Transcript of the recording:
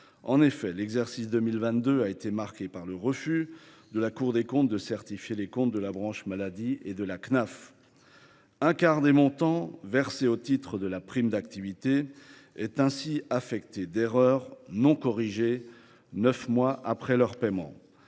En effet, l’exercice 2022 a été marqué par le refus de la Cour des comptes de certifier les comptes de la branche maladie et de la Cnaf. Un quart des montants versés au titre de la prime d’activité sont ainsi affectés d’erreurs non corrigées neuf mois après leur paiement.